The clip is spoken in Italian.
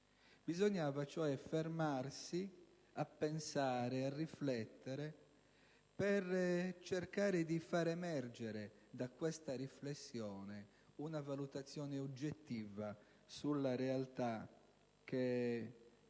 Bisognava cioè fermarsi a pensare, a riflettere per cercare di far emergere dalla riflessione una valutazione oggettiva sulla realtà che